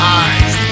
eyes